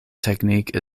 technique